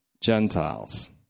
Gentiles